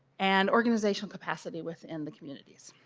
and organizational capacity within the communities.